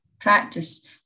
practice